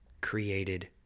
created